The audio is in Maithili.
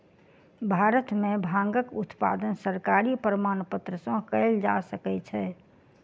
भारत में भांगक उत्पादन सरकारी प्रमाणपत्र सॅ कयल जा सकै छै